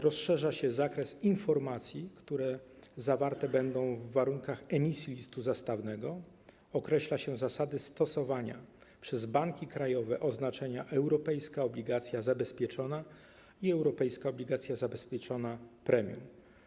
Rozszerza się zakres informacji, które zawarte będą w warunkach emisji listu zastawnego, określa się zasady stosowania przez banki krajowe oznaczenia ˝europejska obligacja zabezpieczona˝ i ˝europejska obligacja zabezpieczona premium˝